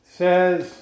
says